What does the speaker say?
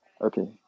Okay